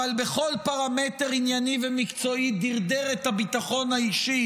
אבל בכל פרמטר ענייני ומקצועי דרדר את הביטחון האישי